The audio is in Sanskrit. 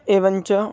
एवञ्च